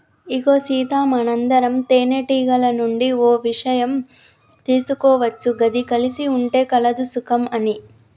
ఇగో సీత మనందరం తేనెటీగల నుండి ఓ ఇషయం తీసుకోవచ్చు గది కలిసి ఉంటే కలదు సుఖం అని